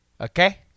Okay